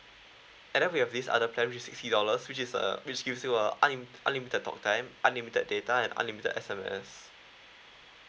and then we have this other plan is sixty dollars which is uh which give you uh un~ unlimited talk time unlimited data and unlimited S_M_S